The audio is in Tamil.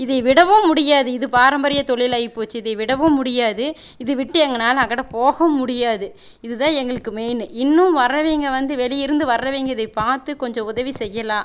இதை விடவும் முடியாது இது பாரம்பரிய தொழிலாகிப் போச்சு இதை விடவும் முடியாது இது விட்டு எங்கனால் அங்கட போகவும் முடியாது இது தான் எங்களுக்கு மெய்ன் இன்னும் வரவங்க வந்து வெளியிலிருந்து வரவங்க இதை பார்த்து கொஞ்சம் உதவி செய்யலாம்